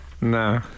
No